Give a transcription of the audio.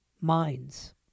minds